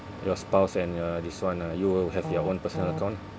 your spouse and your this one ah you will have your own personal account